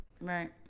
right